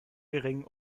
geringem